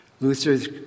Luther's